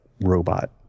robot